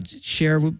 share